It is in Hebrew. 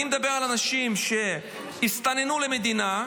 אני מדבר על אנשים שהסתננו למדינה,